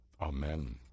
amen